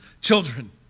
children